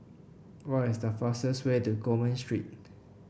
what is the fastest way to Coleman Street